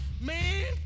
Man